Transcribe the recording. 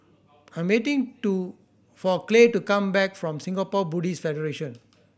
I'm waiting to for Clay to come back from Singapore Buddhist Federation